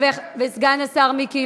חברת הכנסת זנדברג וסגן השר מיקי